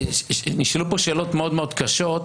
נשאלו פה שאלות מאוד מאוד קשות,